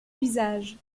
usage